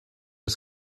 des